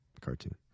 cartoon